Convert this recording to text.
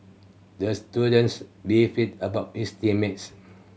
the students beefed about his team mates